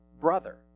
brother